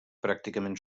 pràcticament